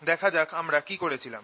দেখা যাক আমরা কি করেছিলাম